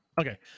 Okay